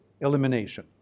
elimination